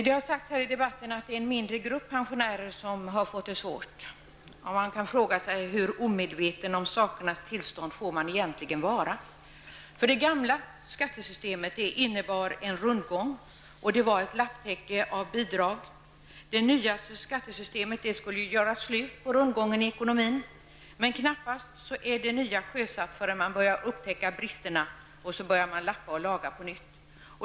Det har sagts här i debatten att det är en mindre grupp pensionärer som har fått det svårt. Man kan fråga sig hur omedveten om sakernas tillstånd man egentligen får vara. Det gamla skattesystemet innebar en rundgång, och det var ett lapptäcke av bidrag. Det nya skattesystemet skulle göra slut på rundgången i ekonomin. Men det nya systemet är knappt sjösatt förrän man börjar upptäcka bristerna och börjar lappa och laga på nytt.